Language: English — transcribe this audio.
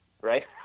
right